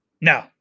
No